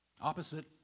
Opposite